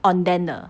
oden 的